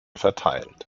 verteilt